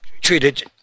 treated